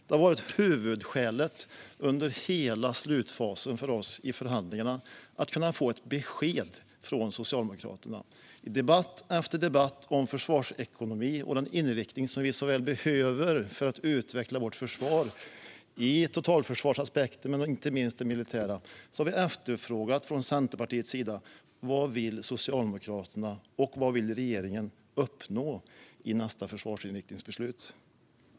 Det har varit huvudskälet under hela slutfasen för oss i förhandlingarna att kunna få ett besked från Socialdemokraterna. I debatt efter debatt om försvarsekonomi och den inriktning som vi så väl behöver för att utveckla vårt försvar när det gäller totalförsvarsaspekten men inte minst det militära har vi från Centerpartiets sida efterfrågat vad Socialdemokraterna och regeringen vill uppnå i nästa försvarsinriktningsbeslut.